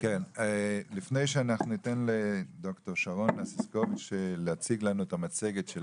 לפני שניתן לד"ר שרון אסיסקוביץ' להציג לנו את המצגת של